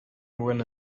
when